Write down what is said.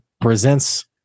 presents